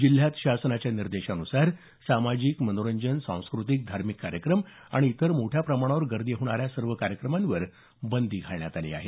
जिल्ह्यात शासनाच्या निर्देशान्सार सामाजिक मनोरंजन सांस्कृतिक धार्मिक कार्यक्रम आणि इतर मोठ्या प्रमाणावर गर्दी होणारे सर्व कार्यक्रमांवर बंदी घालण्यात आलेली आहे